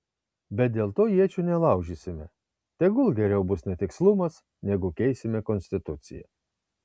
bet dėl to iečių nelaužysime tegul geriau bus netikslumas negu keisime konstituciją